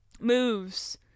moves